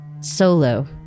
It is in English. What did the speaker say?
solo